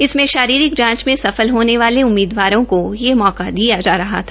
इसमें शारीरिक जांच में सफल होने वाले उममीदवारों को यह मौका दिया जा रहा था